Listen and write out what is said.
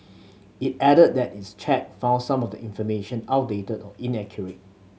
it added that its check found some of the information outdated or inaccurate